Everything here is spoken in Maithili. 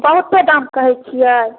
बहुते दाम कहै छियै